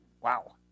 Wow